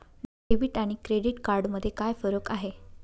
Debit आणि credit card मध्ये काय फरक आहे?